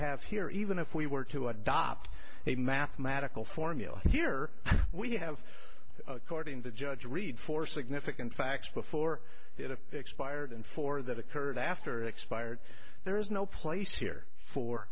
have here even if we were to adopt a mathematical formula here we have according the judge read for significant facts before it expired and for that occurred after expired there is no place here for